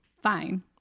Fine